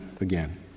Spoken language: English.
again